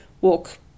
walk